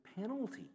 penalty